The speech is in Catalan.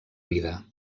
vida